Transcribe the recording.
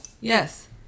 Yes